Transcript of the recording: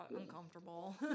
uncomfortable